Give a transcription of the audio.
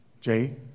Jay